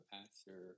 answer